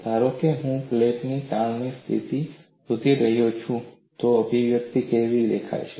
ધારો કે હું પ્લેન તાણની પરિસ્થિતિ શોધી રહ્યો છું તો અભિવ્યક્તિ કેવી દેખાય છે